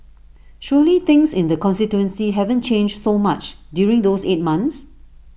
surely things in the constituency haven't changed so much during those eight months